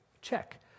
check